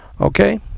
Okay